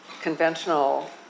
conventional